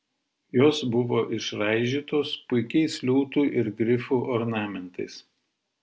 jos buvo išraižytos puikiais liūtų ir grifų ornamentais